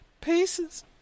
pieces